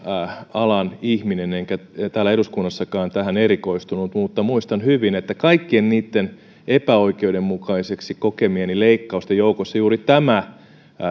alan ihminen enkä täällä eduskunnassakaan tähän erikoistunut mutta muistan hyvin että kaikkien niitten epäoikeudenmukaisiksi kokemieni leikkausten joukossa juuri tämä